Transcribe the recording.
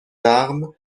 armes